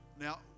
Now